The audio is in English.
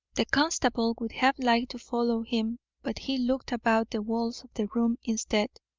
the constable would have liked to follow him, but he looked about the walls of the room instead.